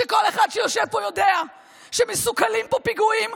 וכל אחד שיושב פה יודע שמסוכלים פה פיגועים